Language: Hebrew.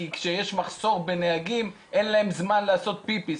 כי כשיש מחסור בנהגים אין להם זמן לעשות פיפי,